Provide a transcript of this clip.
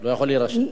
לא יכול להירשם.